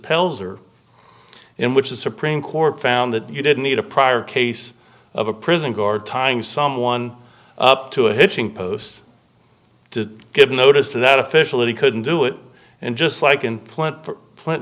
pelzer in which the supreme court found that you didn't need a prior case of a prison guard tying someone up to a hitching post to give notice to that official that he couldn't do it and just like in plant flint